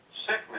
sickness